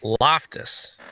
Loftus